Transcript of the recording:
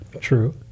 True